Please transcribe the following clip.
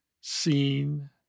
seen